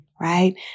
right